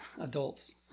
adults